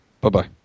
Bye-bye